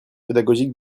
pédagogique